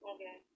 Okay